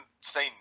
say